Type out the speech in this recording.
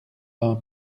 d’un